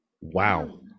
Wow